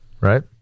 right